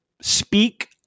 speak